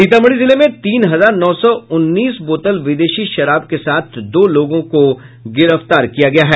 सीतामढी जिले में तीन हजार नौ सौ उन्नीस बोतल विदेशी शराब के साथ दो लोगों को गिरफ्तार किया गया है